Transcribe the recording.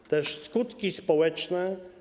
Są też skutki społeczne.